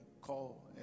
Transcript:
call